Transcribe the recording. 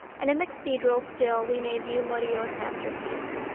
and in the cathedral still we may view murillo's masterpiece.